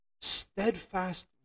steadfast